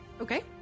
okay